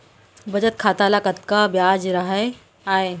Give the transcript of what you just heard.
बचत खाता ल कतका ब्याज राहय आय?